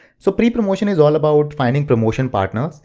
so pre-promotion is all about finding promotion partner.